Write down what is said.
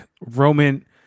roman